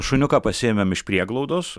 šuniuką pasiėmėm iš prieglaudos